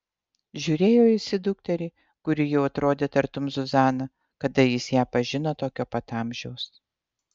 žiūrėjo jis į dukterį kuri jau atrodė tartum zuzana kada jis ją pažino tokio pat amžiaus